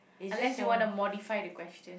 unless you want to modify the question